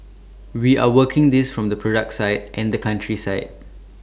we are working this from the product side and the country side